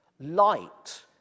Light